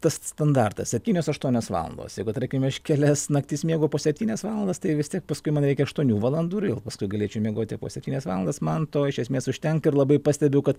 tas standartas septynios aštuonios valandos jeigu tarkim aš kelias naktis miego po septynias valandas tai vis tiek paskui man reikia aštuonių valandų ir vėl paskui galėčiau miegoti po septynias valandas man to iš esmės užtenka ir labai pastebiu kad